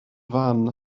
fan